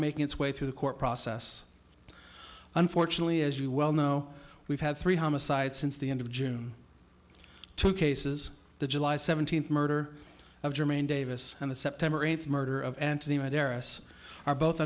making its way through the court process unfortunately as you well know we've had three homicides since the end of june two cases the july seventeenth murder of jermaine davis and the september eighth murder of anthony might eris are both